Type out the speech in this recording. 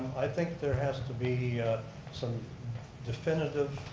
i think there has to be some definitive